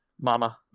Mama